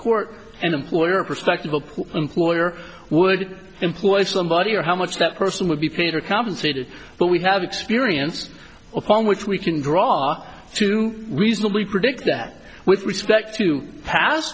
court an employer prospective employer would employ somebody or how much that person would be paid or compensated but we have experience upon which we can draw our to reasonably predict that with respect to pas